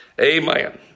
amen